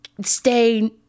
stay